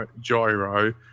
gyro